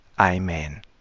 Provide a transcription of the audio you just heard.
Amen